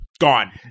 gone